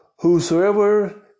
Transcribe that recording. Whosoever